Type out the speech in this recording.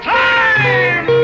time